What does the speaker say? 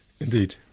Indeed